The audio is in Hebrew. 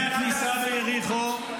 מהכניסה ביריחו,